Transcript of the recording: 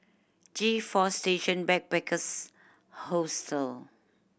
G Four Station Backpackers Hostel